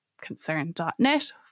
concern.net